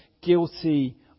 guilty